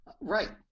right